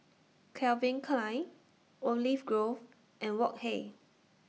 Calvin Klein Olive Grove and Wok Hey